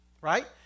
right